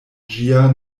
ĝia